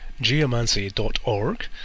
geomancy.org